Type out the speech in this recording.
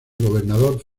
gobernador